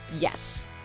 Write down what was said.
yes